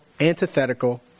antithetical